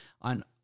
on